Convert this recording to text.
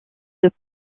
des